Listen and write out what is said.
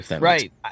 Right